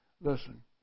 Listen